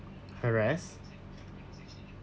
harassed